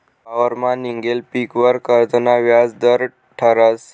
वावरमा निंघेल पीकवर कर्जना व्याज दर ठरस